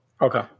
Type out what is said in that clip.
Okay